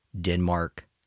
Denmark